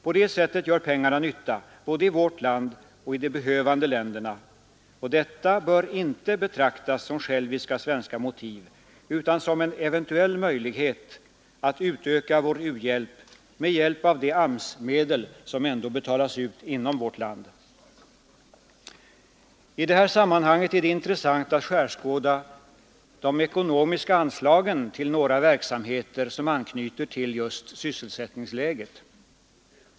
På det sättet gör pengarna nytta både i vårt land och i de behövande länderna — och detta bör inte betraktas som själviska svenska motiv utan som en eventuell möjlighet att utöka vår u-hjälp med användning av de AMS-medel som ändå betalas ut inom vårt land. I det här sammanhanget är det intressant att skärskåda de ekonomiska anslagen till några verksamheter som anknyter till just sysselsättningsläget.